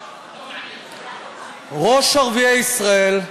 ראש ערביי ישראל,